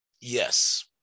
Yes